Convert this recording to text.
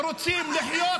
תמיד --- כדי לייצר הרתעה.